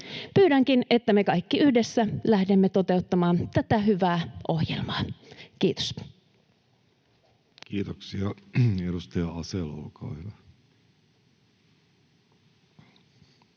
Pyydänkin, että me kaikki yhdessä lähdemme toteuttamaan tätä hyvää ohjelmaa. — Kiitos. Kiitoksia. — Edustaja Asell, poissa.